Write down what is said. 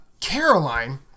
Caroline